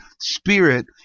spirit